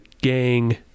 gang